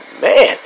Man